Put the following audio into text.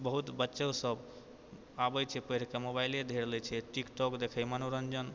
बहुत बच्चो सब आबै छै पढ़िके मोबाइले धरि लै छै टिकटोक देखैय मनोरञ्जन